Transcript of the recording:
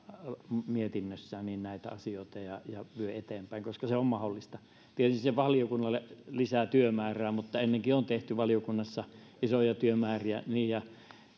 mietinnössään näitä asioita ja vie eteenpäin koska se on mahdollista tietysti se valiokunnalle lisää työmäärää mutta ennenkin on tehty valiokunnassa isoja työmääriä ja